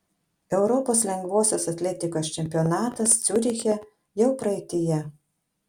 europos lengvosios atletikos čempionatas ciuriche jau praeityje